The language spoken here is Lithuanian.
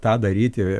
tą daryti